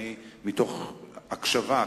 מתוך הקשבה,